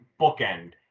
bookend